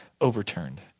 overturned